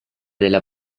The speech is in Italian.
della